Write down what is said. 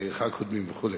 עניי עירך קודמים וכו'.